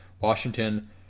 Washington